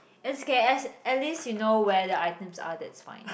S K S at least you know where the items are that's fine